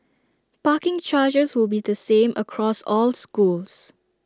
parking charges will be the same across all schools